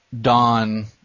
Don